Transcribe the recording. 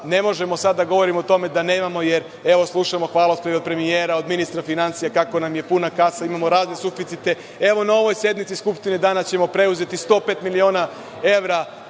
Ne možemo sada da govorimo o tome da nemamo, jer evo slušamo hvalospeve premijera, od ministra finansija kako nam je puna kasa, imamo razne suficite. Evo, na ovoj sednici Skupštine danas ćemo preuzeti 105 miliona evra